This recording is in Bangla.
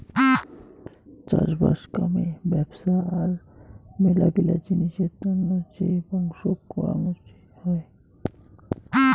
চাষবাস কামে ব্যপছা আর মেলাগিলা জিনিসের তন্ন যে বংশক করাং হই